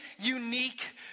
unique